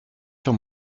sur